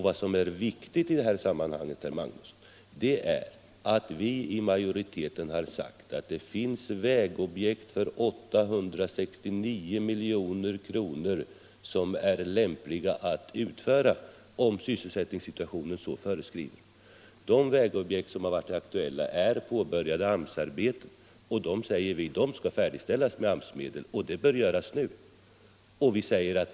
Vad som är viktigt i det här sammanhanget, herr Magnusson, är att vi i majoriteten sagt att det finns vägobjekt för 869 milj.kr. som är lämpliga att utföra om sysselsättningssituationen så kräver. De vägobjekt som varit aktuella är påbörjade AMS-arbeten, och de, säger vi, skall färdigställas med AMS-medel. Och det bör göras nu.